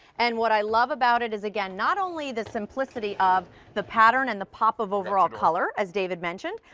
and what i love about it is again, not only the simplicity of the pattern and the pop of overall color as david mentioned,